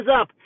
up